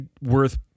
worth